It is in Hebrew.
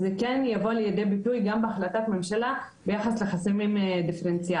אז זה כן יבוא לידי ביטוי גם בהחלטת הממשלה ביחס לחסמים דיפרנציאליים.